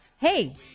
hey